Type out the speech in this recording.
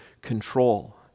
control